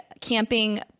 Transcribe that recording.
camping